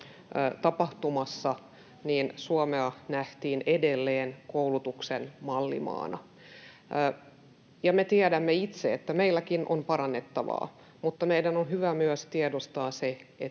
koulutustapahtumassa Suomi nähtiin edelleen koulutuksen mallimaana. Me tiedämme itse, että meilläkin on parannettavaa, mutta meidän on hyvä myös tiedostaa,